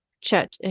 Chat